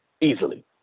Easily